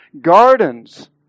gardens